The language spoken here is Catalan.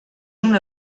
una